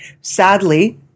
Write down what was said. sadly